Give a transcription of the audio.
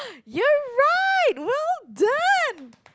you're right well done